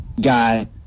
guy